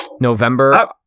November